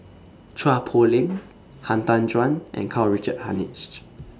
Chua Poh Leng Han Tan Juan and Karl Richard Hanitsch